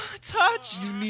touched